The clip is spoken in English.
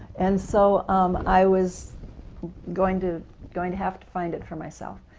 and so um i was going to going to have to find it for myself.